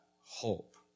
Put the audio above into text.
hope